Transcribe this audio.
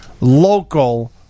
Local